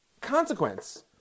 consequence